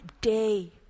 day